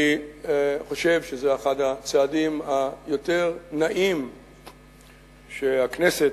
אני חושב שזה אחד הצעדים היותר נאים שהכנסת